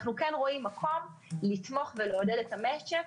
אנחנו כן רואים מקום לתמוך ולעודד את המשק